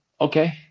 okay